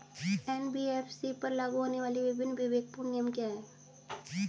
NBFC पर लागू होने वाले विभिन्न विवेकपूर्ण नियम क्या हैं?